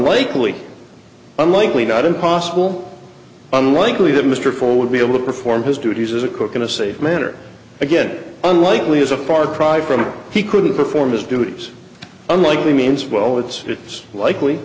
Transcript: likely unlikely not impossible unlikely that mr full would be able to perform his duties as a cook in a safe manner again unlikely is a far cry from if he couldn't perform his duties unlikely means well it's it's likely